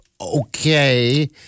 Okay